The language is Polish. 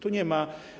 Tu nie ma.